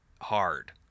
hard